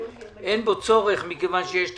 אז אין בו צורך מכיוון שיש תקציב,